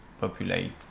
populate